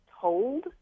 told